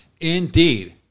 Indeed